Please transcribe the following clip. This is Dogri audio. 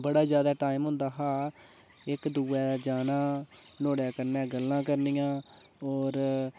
बड़ा ज्यादा टाइम होंदा हा इक दुए जाना नुहाड़े कन्नै गल्लां करनियां होर